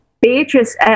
Beatrice